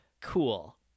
cool